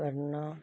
ਕਰਨਾ